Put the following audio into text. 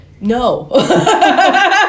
No